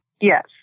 Yes